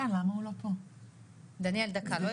אנחנו העברנו תקציבים יעודים לטיפול באלימות --- מתי?